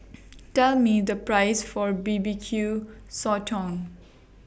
Tell Me The Price For B B Q Sotong